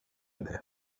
det